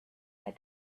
had